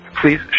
Please